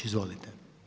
Izvolite.